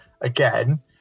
Again